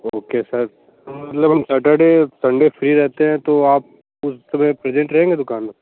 okay sir मतलब हम Saturday Sunday free रहते हैं तो आप उस समय प्रेजेंट रहेंगे दुकान में